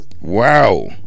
Wow